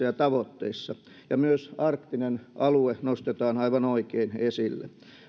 ja tavoitteissa ja myös arktinen alue nostetaan aivan oikein esille